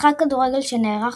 משחק כדורגל שנערך